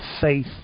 faith